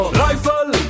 rifle